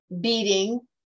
beating